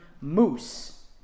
moose